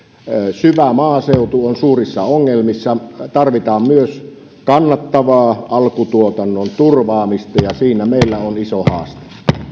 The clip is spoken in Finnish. syvä maaseutu on suurissa ongelmissa tarvitaan myös kannattavaa alkutuotannon turvaamista ja siinä meillä on iso haaste